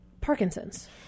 Parkinson's